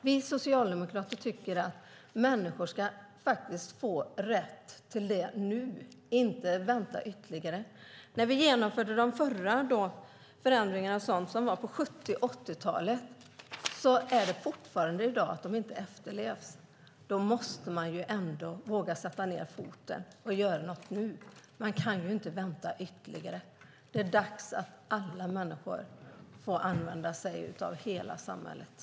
Vi socialdemokrater tycker att människor ska få denna rätt nu och inte behöva vänta längre. Vi genomförde de förra förändringarna på 70 och 80-talet, men de efterlevs fortfarande inte i dag. Då måste man ändå våga sätta ned foten och göra något nu. Man kan inte vänta längre. Det är dags att alla människor får använda sig av hela samhället.